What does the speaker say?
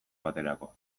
baterako